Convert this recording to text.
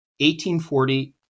1840